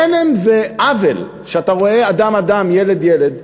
חלם ועוול, שאתה רואה אדם-אדם, ילד-ילד,